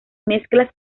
mezclas